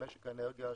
למשק האנרגיה,